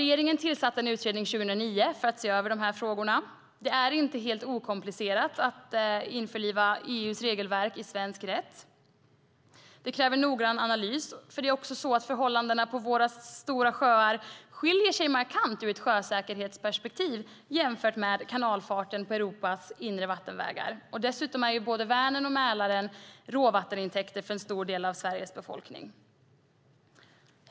Regeringen tillsatte en utredning 2009 för att se över de här frågorna. Det är inte helt okomplicerat att införliva EU:s regelverk i svensk rätt. Det kräver noggrann analys. Förhållandena på våra stora sjöar skiljer sig också markant i ett sjösäkerhetsperspektiv från kanalfarten på Europas inre vattenvägar. Dessutom är både Vänern och Mälaren råvattentäkter för en stor del av Sveriges befolkning.